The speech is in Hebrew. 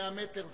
100 מ"ר,